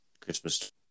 Christmas